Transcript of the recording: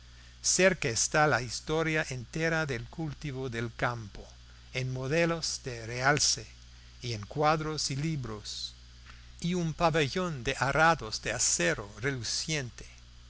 champaña cerca está la historia entera del cultivo del campo en modelos de realce y en cuadros y libros y un pabellón de arados de acero relucientes